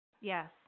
Yes